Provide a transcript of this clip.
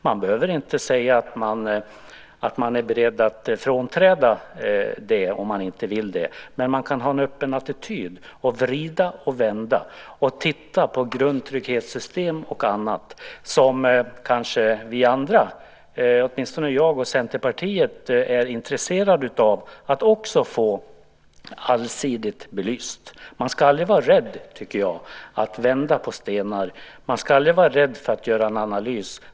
Man behöver inte säga att man är beredd att frånträda detta om man inte vill det, men man kan ha en öppen attityd. Man kan vrida och vända på och titta på grundtrygghetssystem och annat som kanske vi andra, åtminstone jag och Centerpartiet, är intresserade av att också få allsidigt belysta. Man ska aldrig vara rädd, tycker jag, att vända på stenar. Man ska aldrig vara rädd för att göra en analys.